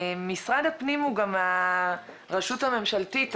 משרד הפנים הוא גם הרשות הממשלתית,